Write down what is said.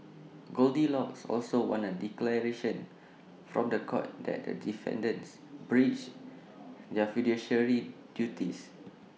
goldilocks also wants A declaration from The Court that the defendants breached their fiduciary duties